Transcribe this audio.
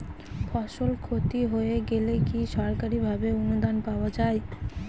ফসল ক্ষতি হয়ে গেলে কি সরকারি ভাবে অনুদান পাওয়া য়ায়?